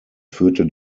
führte